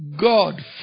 God